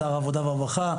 שר העבודה והרווחה בעבר,